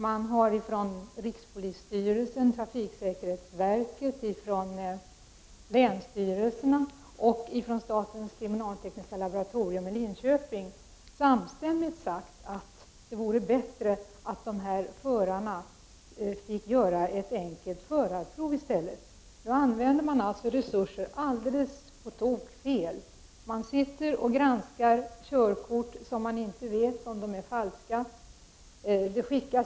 Man har från rikspolisstyrelsen, trafiksäkerhetsverket, länsstyrelserna och statens kriminaltekniska laboratorium i Linköping samstämmigt sagt att det vore bättre att dessa förare fick göra ett enkelt förarprov. Nu använder man alltså resurser alldeles på tok. Man sitter och granskar körkort som man inte vet om de är falska eller äkta.